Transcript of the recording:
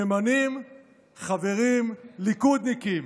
ממנים חברים ליכודניקים.